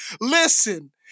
Listen